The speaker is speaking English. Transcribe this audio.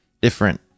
different